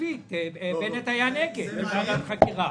בצפית בנט היה נגד ועדת חקירה.